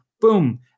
boom